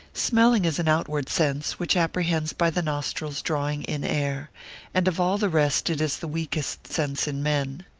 smelling is an outward sense, which apprehends by the nostrils drawing in air and of all the rest it is the weakest sense in men.